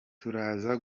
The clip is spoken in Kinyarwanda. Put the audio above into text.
turaza